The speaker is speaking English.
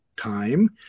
time